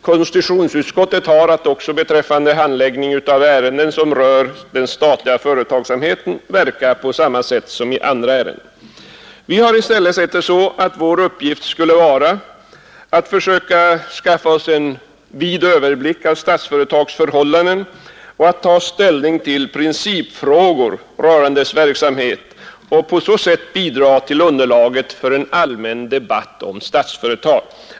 Konstitutionsutskottet har beträffande handläggningen av ärenden som rör den statliga företagsamheten haft att verka på samma sätt som i andra ärenden. Vi har i stället sett det som vår uppgift att försöka skaffa oss en vid överblick över Statsföretags förhållanden och att ta ställning till principfrågor rörande dess verksamhet och på så sätt bidra till underlaget för en allmän debatt om Statsföretag.